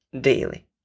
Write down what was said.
daily